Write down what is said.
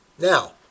Now